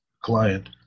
client